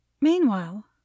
Meanwhile